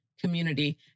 community